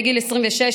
בגיל 26,